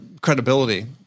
credibility